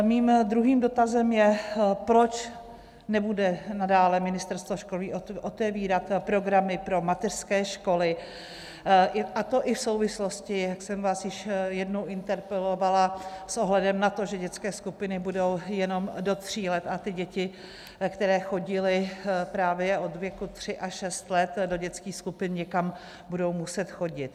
Mým druhým dotazem je, proč nebude nadále Ministerstvo školství otevírat programy pro mateřské školy, a to i v souvislosti, jak jsem vás již jednou interpelovala, s ohledem na to, že dětské skupiny budou jenom do tří let, a ty děti, které chodily právě od věku tři a šest let do dětských skupin, někam budou muset chodit.